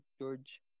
George